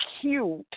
cute